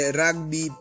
rugby